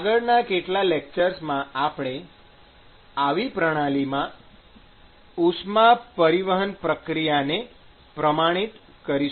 આગળનાં કેટલાક લેક્ચર્સમાં આપણે આવી પ્રણાલીમાં ઉષ્મા પરિવહન પ્રક્રિયાને પ્રમાણિત કરીશું